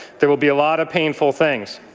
there will be a lot of painful things.